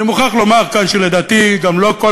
אני מוכרח לומר כאן שלדעתי גם לא כל